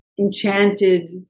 enchanted